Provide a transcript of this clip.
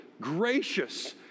gracious